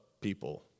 people